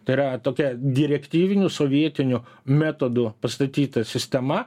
tai yra tokia direktyviniu sovietiniu metodu pastatyta sistema